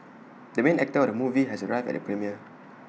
the main actor of the movie has arrived at the premiere